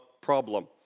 problem